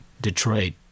Detroit